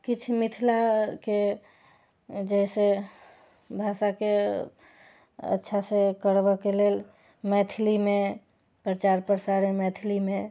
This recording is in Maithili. किछु मिथिलाके जैसे भाषाके अच्छासँ करबऽके लेल मैथिलीमे प्रचार प्रसार मैथिलीमे